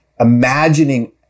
imagining